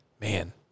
Man